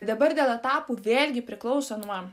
dabar dėl etapų vėlgi priklauso nuo